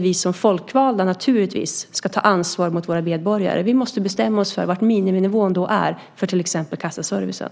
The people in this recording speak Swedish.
Vi som folkvalda ska naturligtvis ta ansvar gentemot våra medborgare. Vi måste då bestämma oss för vad miniminivån är för till exempel kassaservicen.